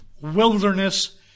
wilderness